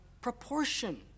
proportion